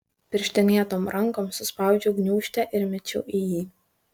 pirštinėtom rankom suspaudžiau gniūžtę ir mečiau į jį